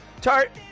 Tart